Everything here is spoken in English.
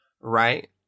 right